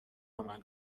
عمل